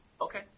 Okay